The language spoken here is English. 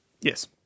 yes